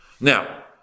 Now